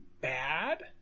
bad